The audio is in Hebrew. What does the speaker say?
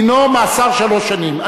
דינו מאסר שלוש שנים.